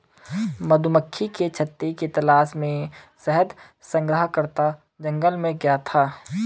मधुमक्खी के छत्ते की तलाश में शहद संग्रहकर्ता जंगल में गया था